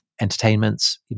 entertainments